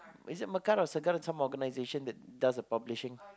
is it Mekar or Segar some organisation that does the publishing